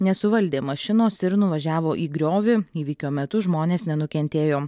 nesuvaldė mašinos ir nuvažiavo į griovį įvykio metu žmonės nenukentėjo